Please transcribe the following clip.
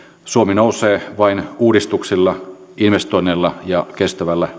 suomi nousee vain uudistuksilla investoinneilla ja kestävällä